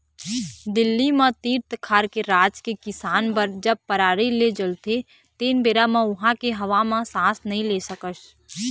दिल्ली म तीर तखार के राज के किसान बर जब पराली ल जलोथे तेन बेरा म उहां के हवा म सांस नइ ले सकस